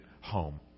home